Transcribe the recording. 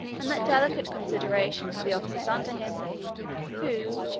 and that delicate consideration for the officers under him who,